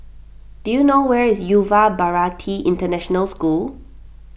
do you know where is Yuva Bharati International School